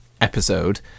episode